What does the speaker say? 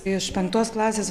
iš penktos klasės